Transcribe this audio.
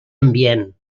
ambient